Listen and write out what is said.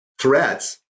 threats